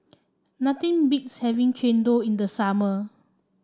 nothing beats having Chendol in the summer